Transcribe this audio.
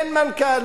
כן מנכ"ל,